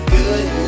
good